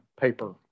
paper